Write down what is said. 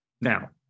now